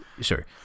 sure